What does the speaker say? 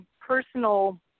personal